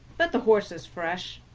but the horse is fresh.